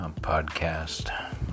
podcast